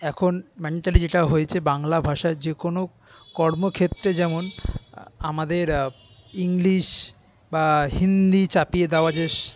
এখন মেন্টালি যেটা হয়েছে বাংলা ভাষায় যে কোনো কর্মক্ষেত্রে যেমন আমাদের ইংলিশ বা হিন্দি চাপিয়ে দেওয়া যে